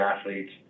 athletes